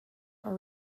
are